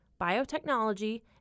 biotechnology